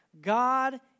God